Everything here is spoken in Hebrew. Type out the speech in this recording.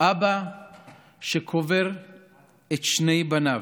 אבא שקובר את שני בניו,